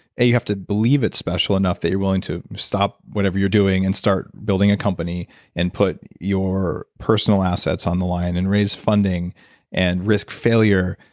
you have to believe it's special enough that you're willing to stop whatever you're doing and start building a company and put your personal assets on the line and raise funding and risk failure.